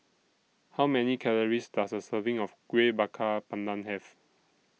How Many Calories Does A Serving of Kuih Bakar Pandan Have